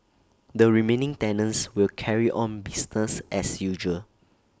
the remaining tenants will carry on business as usual